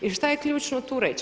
I šta je ključno tu reć?